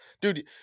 Dude